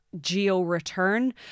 geo-return